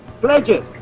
pledges